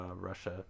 Russia